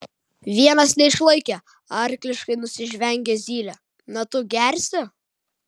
vienas neišlaikė arkliškai nusižvengė zylė na tu gersi